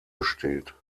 besteht